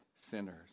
sinners